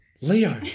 Leo